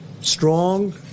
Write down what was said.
strong